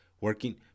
Working